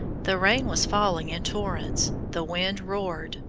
the rain was falling in torrents, the wind roared,